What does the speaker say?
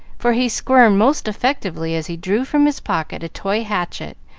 for he squirmed most effectively as he drew from his pocket a toy hatchet,